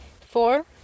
Four